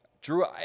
Drew